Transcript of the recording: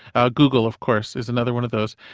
ah google of course is another one of those.